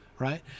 right